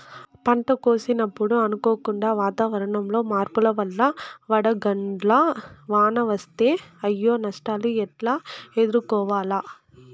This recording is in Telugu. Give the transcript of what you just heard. పంట కోసినప్పుడు అనుకోకుండా వాతావరణంలో మార్పుల వల్ల వడగండ్ల వాన వస్తే అయ్యే నష్టాలు ఎట్లా ఎదుర్కోవాలా?